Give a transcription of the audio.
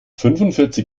fünfundvierzig